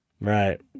Right